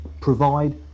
provide